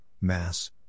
Mass